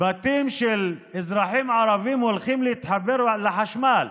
בתים של אזרחים ערבים הולכים להתחבר לחשמל.